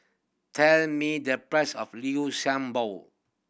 tell me the price of Liu Sha Bao